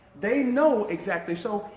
they know exactly so,